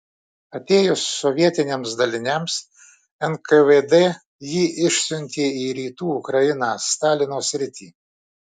atėjus sovietiniams daliniams nkvd jį išsiuntė į rytų ukrainą stalino sritį